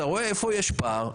אתה רואה איפה יש פער.